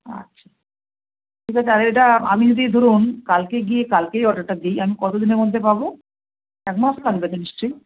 আচ্ছা ঠিক আছে আমি যেটা আমি যদি ধরুন কালকে গিয়ে কালকেই অর্ডারটা দিই আমি কতদিনের মধ্যে পাব এক মাস লাগবে তো নিশ্চয়ই